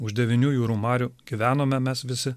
už devynių jūrų marių gyvenome mes visi